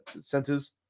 centers